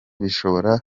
bishobora